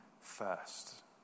first